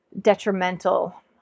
detrimental